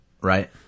right